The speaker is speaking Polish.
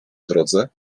drodze